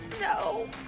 No